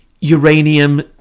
uranium